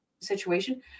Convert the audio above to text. situation